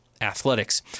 Athletics